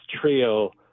trio